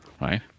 right